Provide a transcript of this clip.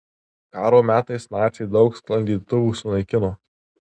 karo metais naciai daug sklandytuvų sunaikino